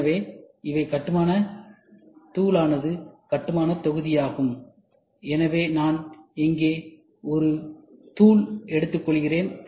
எனவே இவை கட்டுமானத் தூளானது கட்டுமானத் தொகுதி ஆகும் எனவே நான் இங்கே ஒரு தூள் எடுத்துக்கொள்கிறேன்